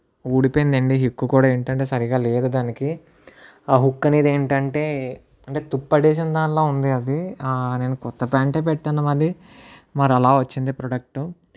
ఊడిపోయిందండీ hook కూడా ఏంటంటే సరిగా లేదు దానికి ఆ హుక్ అనేది ఏంటంటే అంటే తుప్పు పట్టేసినదానిలా ఉంది అది నేను కొత్త ప్యాంట్ఏ పెట్టాను అది మరి అలా వచ్చింది ప్రాడక్టు